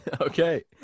Okay